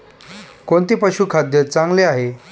कोणते पशुखाद्य चांगले आहे?